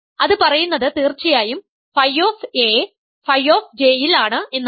അത് പറയുന്നത് തീർച്ചയായും Φ Φ ഇൽ ആണ് എന്നാണ്